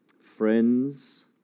friends